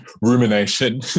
rumination